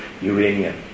uranium